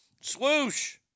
Swoosh